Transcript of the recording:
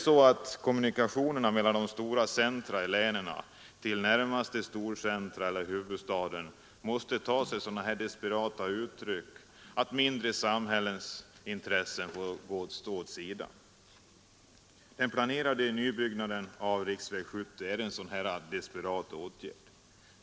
Måste kommunikationerna mellan länets stora centra eller till huvudstaden ta sig så desperata uttryck att mindre samhällens intressen får stå åt sidan? Den planerade nybyggnaden av riksväg 70 är en sådan desperat åtgärd.